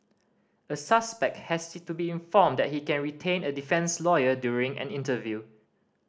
a suspect has to be informed that he can retain a defence lawyer during an interview